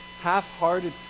half-hearted